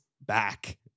back